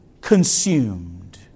consumed